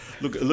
Look